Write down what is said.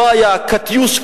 לא היה "קטיושקה,